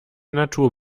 natur